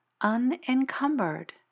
unencumbered